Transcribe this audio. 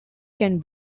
can